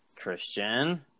Christian